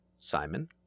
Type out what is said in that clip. Simon